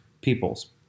people's